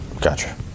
Gotcha